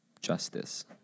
justice